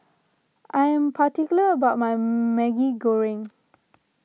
I am particular about my Maggi Goreng